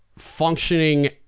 functioning